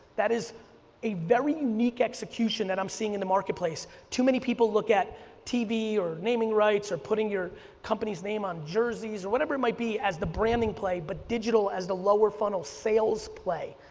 that is a very unique execution that i'm seeing in the marketplace. too many people look at tv, or naming rights, or putting your company's name on jerseys, or whatever it might be as the branding play but digital as the lower funnel sales play.